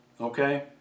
okay